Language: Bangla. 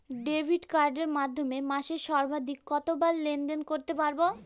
ডেবিট কার্ডের মাধ্যমে মাসে সর্বাধিক কতবার লেনদেন করতে পারবো?